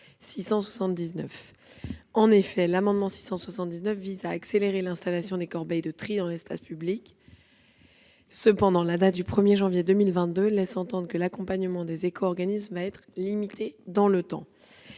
amendements identiques visent à accélérer l'installation des corbeilles de tri dans l'espace public. Cependant, la date du 1 janvier 2022 laisse entendre que l'accompagnement des éco-organismes va être limité dans le temps.